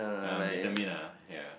I'm determined ah ya